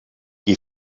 qui